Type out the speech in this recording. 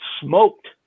smoked